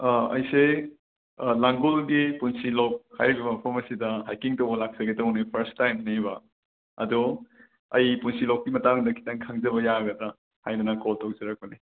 ꯑꯩꯁꯦ ꯂꯥꯡꯒꯣꯜꯒꯤ ꯄꯨꯟꯁꯤꯂꯣꯛ ꯍꯥꯏꯔꯤꯕ ꯃꯐꯝ ꯑꯁꯤꯗ ꯍꯥꯏꯀꯤꯡ ꯇꯧꯕ ꯂꯥꯛꯆꯒꯦ ꯇꯧꯕꯅꯤ ꯐꯔꯁ ꯇꯥꯏꯝꯅꯦꯕ ꯑꯗꯣ ꯑꯩ ꯄꯨꯟꯁꯤꯂꯣꯛꯀꯤ ꯃꯇꯥꯡꯗ ꯈꯤꯠꯇꯪ ꯈꯪꯖꯕ ꯌꯥꯒꯗ꯭ꯔꯥ ꯍꯥꯏꯗꯅ ꯀꯣꯜ ꯇꯧꯖꯔꯛꯄꯅꯦ